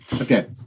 Okay